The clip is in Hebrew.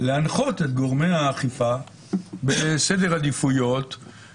כך שמאוד קשה לעשות את ההשוואה הזאת עם מדינת ישראל.